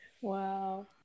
Wow